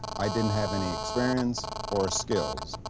i didn't have any experience or skills.